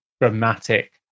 dramatic